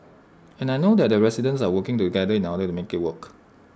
and I know that the residents are working together in order to make IT work